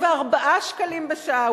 שקלים בשעה.